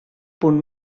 punt